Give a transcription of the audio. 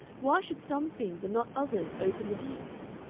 why should some things and not others open the deeps?